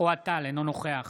אוהד טל, אינו נוכח